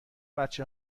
بچه